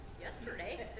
Yesterday